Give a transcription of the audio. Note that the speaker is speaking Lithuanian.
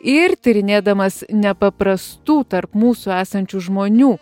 ir tyrinėdamas nepaprastų tarp mūsų esančių žmonių